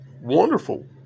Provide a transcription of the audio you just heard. wonderful